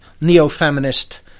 neo-feminist